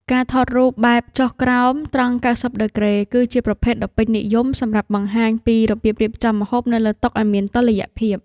ការថតរូបបែបចុះក្រោមត្រង់កៅសិបដឺក្រេ គឺជាប្រភេទដ៏ពេញនិយមសម្រាប់បង្ហាញពីរបៀបរៀបចំម្ហូបនៅលើតុឱ្យមានតុល្យភាព។